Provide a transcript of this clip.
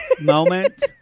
moment